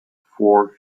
four